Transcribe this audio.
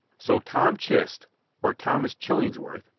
so tom chist or thomas chillingsworth,